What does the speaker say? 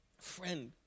Friend